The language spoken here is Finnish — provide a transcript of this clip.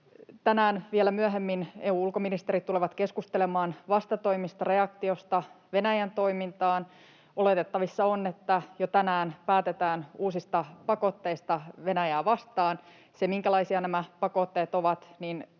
tärkeää. Vielä myöhemmin tänään EU:n ulkoministerit tulevat keskustelemaan vastatoimista, reaktiosta Venäjän toimintaan. Oletettavissa on, että jo tänään päätetään uusista pakotteista Venäjää vastaan. Se, minkälaisia nämä pakotteet ovat,